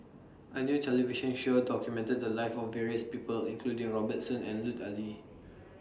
A New television Show documented The Lives of various People including Robert Soon and Lut Ali